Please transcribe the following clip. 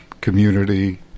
community